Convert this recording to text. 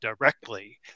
directly